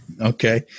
Okay